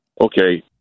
okay